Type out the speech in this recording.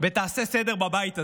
ותעשה סדר בבית הזה,